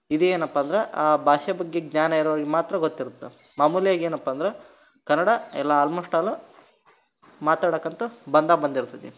ಇದೇನಪ್ಪ ಅಂದ್ರೆ ಆ ಭಾಷೆ ಬಗ್ಗೆ ಜ್ಞಾನ ಇರೋರಿಗೆ ಮಾತ್ರ ಗೊತ್ತಿರುತ್ತೆ ಮಾಮೂಲಿಯಾಗಿ ಏನಪ್ಪ ಅಂದ್ರೆ ಕನ್ನಡ ಎಲ್ಲ ಆಲ್ಮೋಸ್ಟ್ ಆಲು ಮಾತಾಡೋಕ್ಕಂತೂ ಬಂದೇ ಬಂದಿರ್ತದೆ